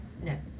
No